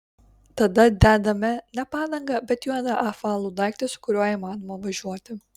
tada dedame ne padangą bet juodą apvalų daiktą su kuriuo įmanoma važiuoti